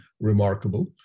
remarkable